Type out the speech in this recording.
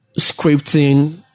scripting